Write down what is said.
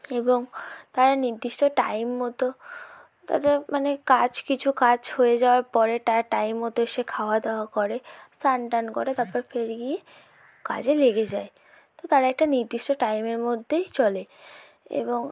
এবং তারা নির্দিষ্ট টাইম মতো তাদের মানে কাজ কিছু কাজ হয়ে যাওয়ার পরে তারা টাইম মতো এসে খাওয়া দাওয়া করে স্নান টান করে তারপর ফিরে গিয়ে কাজে লেগে যায় তো তারা এটা নির্দিষ্ট টাইমের মধ্যেই চলে এবং